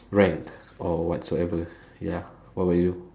rank or whatsoever ya how about you